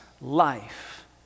life